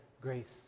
grace